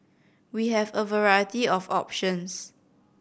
we have a variety of options